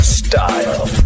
style